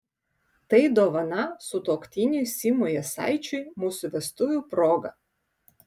tai dovana sutuoktiniui simui jasaičiui mūsų vestuvių proga